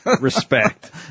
respect